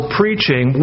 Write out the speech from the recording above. preaching